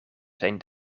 zijn